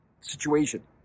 situation